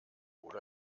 oder